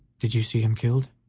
did you see him killed?